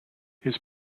his